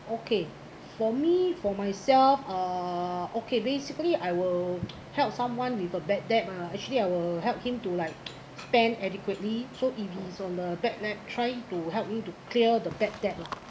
okay for me for myself uh okay basically I will help someone with a bad debt ah actually I will help him to like spend adequately so if he's on the bad debt trying to help me to clear the bad debt lah